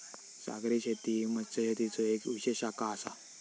सागरी शेती ही मत्स्यशेतीचो येक विशेष शाखा आसा